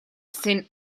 seen